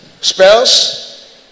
spells